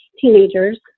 teenagers